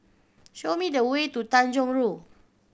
show me the way to Tanjong Rhu